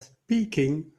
speaking